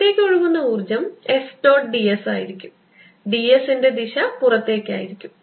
പുറത്തേക്ക് ഒഴുകുന്ന ഊർജ്ജം S ഡോട്ട് d s ആയിരിക്കും d s ൻറെ ദിശ പുറത്തേക്ക് ആയിരിക്കും